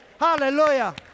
Hallelujah